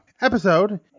Episode